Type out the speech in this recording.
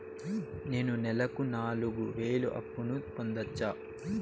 నేను నెలకు నాలుగు వేలు అప్పును పొందొచ్చా?